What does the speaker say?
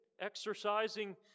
exercising